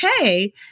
okay